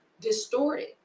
distorted